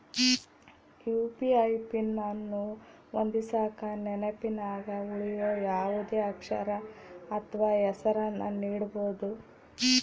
UPI PIN ಅನ್ನು ಹೊಂದಿಸಕ ನೆನಪಿನಗ ಉಳಿಯೋ ಯಾವುದೇ ಅಕ್ಷರ ಅಥ್ವ ಹೆಸರನ್ನ ನೀಡಬೋದು